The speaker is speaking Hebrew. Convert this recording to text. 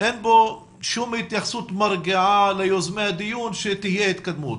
אין בו שום התייחסות מרגיעה ליוזמי הדיון שתהיה התקדמות,